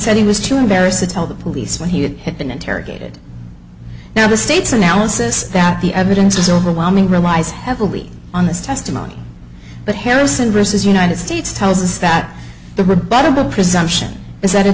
said he was too embarrassed to tell the police what he had been interrogated now the state's analysis that the evidence is overwhelming relies heavily on this testimony but harrison receives united states tells us that the rebuttable presumption is that a